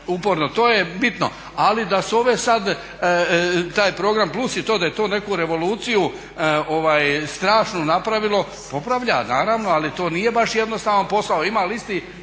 uporno, to je bitno. Ali da ovaj program plus i to da je to neku revoluciju strašnu napravilo, popravlja naravno ali to nije baš jednostavan posao. Ima listi